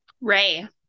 Ray